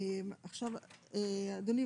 אדוני,